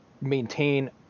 maintain